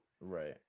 Right